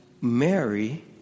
Mary